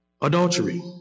adultery